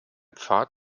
pfad